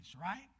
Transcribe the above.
right